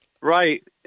Right